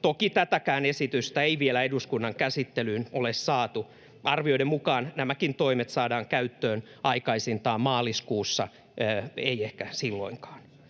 Toki tätäkään esitystä ei vielä ole saatu eduskunnan käsittelyyn. Arvioiden mukaan nämäkin toimet saadaan käyttöön aikaisintaan maaliskuussa, ei ehkä silloinkaan.